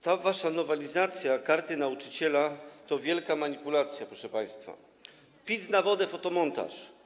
Ta wasza nowelizacja Karty Nauczyciela to wielka manipulacja, proszę państwa, pic na wodę, fotomontaż.